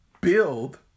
build